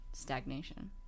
Stagnation